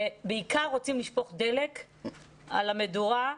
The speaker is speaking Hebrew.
ובעיקר רוצים לשפוך דלק על המדורה,